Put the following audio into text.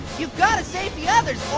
you gotta save the others,